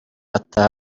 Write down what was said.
bataha